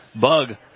Bug